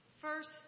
first